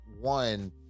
one